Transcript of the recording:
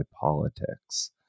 politics